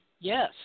yes